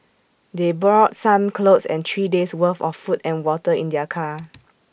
they brought some clothes and three days' worth of food and water in their car